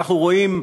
אנחנו רואים,